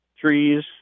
trees